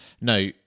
Now